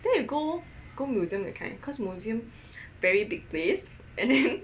then you go go museum that kind cause museum very big place and then